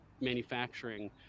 manufacturing